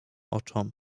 oczom